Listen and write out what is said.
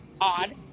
odd